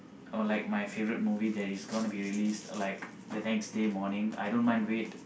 or like my favourite movie that is gonna be released like the next day morning I don't mind wait